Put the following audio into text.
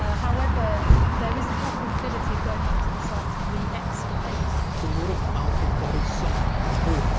ah however, there is the possibility of going back to the site to re-excavate. so more of alfred or his son, or both,